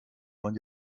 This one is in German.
man